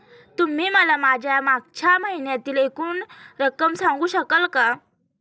तुम्ही मला माझ्या मागच्या महिन्यातील एकूण रक्कम सांगू शकाल का?